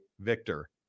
Victor